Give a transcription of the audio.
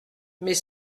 mais